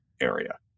area